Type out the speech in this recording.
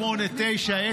08:00,